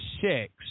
six